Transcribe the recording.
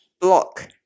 Block